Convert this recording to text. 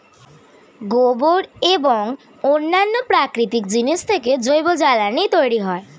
গোবর এবং অন্যান্য প্রাকৃতিক জিনিস থেকে জৈব জ্বালানি তৈরি হয়